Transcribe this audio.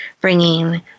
bringing